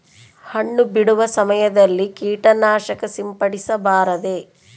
ಹಣ್ಣು ಬಿಡುವ ಸಮಯದಲ್ಲಿ ಕೇಟನಾಶಕ ಸಿಂಪಡಿಸಬಾರದೆ?